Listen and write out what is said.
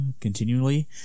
continually